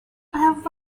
have